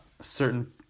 certain